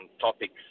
topics